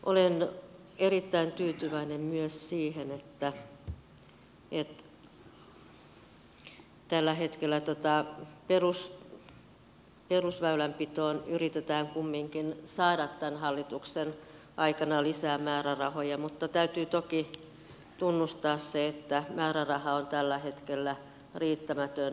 olen erittäin tyytyväinen että tällä hetkellä perusväylänpitoon kumminkin yritetään saada tämän hallituksen aikana lisää määrärahoja mutta täytyy toki tunnustaa se että määräraha on tällä hetkellä riittämätön